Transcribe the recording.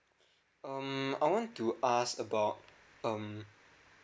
um I want to ask about um